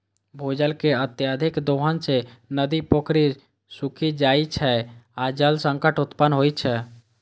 भूजल के अत्यधिक दोहन सं नदी, पोखरि सूखि जाइ छै आ जल संकट उत्पन्न होइ छै